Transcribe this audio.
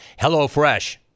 HelloFresh